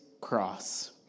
cross